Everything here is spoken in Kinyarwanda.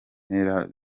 mpera